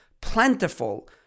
plentiful